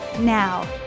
Now